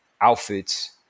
outfits